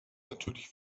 natürlich